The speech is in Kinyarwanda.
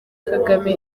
kagame